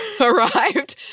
arrived